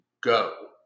go